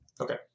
Okay